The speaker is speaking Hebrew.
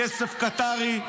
כסף קטרי,